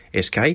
SK